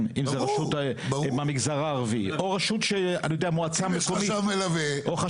אם זו רשות במגזר הערבי, או מועצה מקומית,